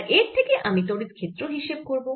আর এর থেকে আমি তড়িৎ ক্ষেত্র হিসেব করব